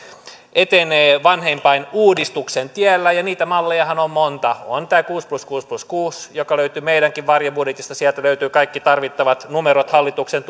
etenee vanhempainuudistuksen tiellä ja niitä mallejahan on monta on tämä kuusi plus kuusi plus kuusi joka löytyy meidänkin varjobudjetista sieltä löytyvät kaikki tarvittavat numerot hallituksen